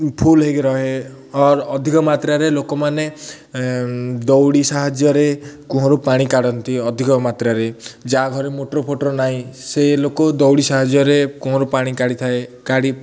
ଫୁଲ୍ ହେଇକି ରହେ ଅର୍ ଅଧିକ ମାତ୍ରାରେ ଲୋକମାନେ ଦୌଡ଼ି ସାହାଯ୍ୟରେ କୂଅରୁ ପାଣି କାଢ଼ନ୍ତି ଅଧିକ ମାତ୍ରାରେ ଯାହା ଘରେ ମୋଟର୍ ଫୋଟର୍ ନାହିଁ ସେ ଲୋକ ଦଉଡ଼ି ସାହାଯ୍ୟରେ କୂହଁରୁ ପାଣି କାଢ଼ି ଥାଏ କାଢ଼ି